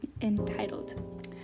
entitled